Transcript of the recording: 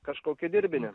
kažkokį dirbinį